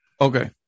Okay